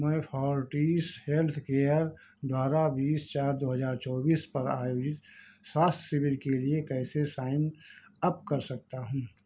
मैं Fortis healthcare द्वारा बीस चार दो हज़ार चौबीस पर आयोजित स्वास्थ्य शिविर के लिए कैसे साइन अप कर सकता हूँ